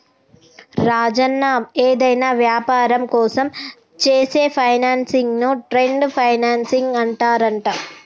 రాజన్న ఏదైనా వ్యాపారం కోసం చేసే ఫైనాన్సింగ్ ను ట్రేడ్ ఫైనాన్సింగ్ అంటారంట